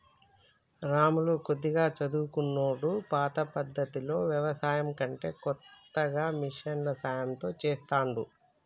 రాములు కొద్దిగా చదువుకున్నోడు పాత పద్దతిలో వ్యవసాయం కంటే కొత్తగా మిషన్ల సాయం తో చెస్తాండు